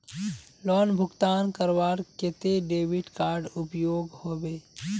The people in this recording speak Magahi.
लोन भुगतान करवार केते डेबिट कार्ड उपयोग होबे?